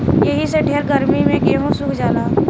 एही से ढेर गर्मी मे गेहूँ सुख जाला